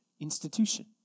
institution